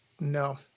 No